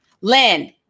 Lynn